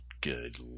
Good